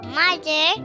mother